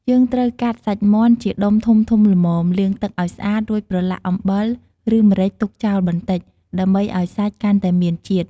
យើងត្រូវកាត់សាច់មាន់ជាដុំធំៗល្មម លាងទឹកឱ្យស្អាត រួចប្រឡាក់អំបិល ឬម្រេចទុកចោលបន្តិច ដើម្បីឱ្យសាច់កាន់តែមានជាតិ។